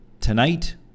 Tonight